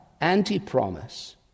anti-promise